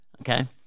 okay